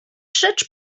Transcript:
rzecz